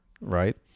right